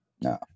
No